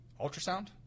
ultrasound